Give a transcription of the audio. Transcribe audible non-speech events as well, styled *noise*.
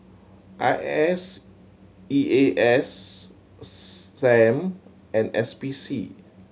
I S E A S *unintelligible* Sam and S P C